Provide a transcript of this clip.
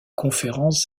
conférences